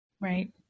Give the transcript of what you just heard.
Right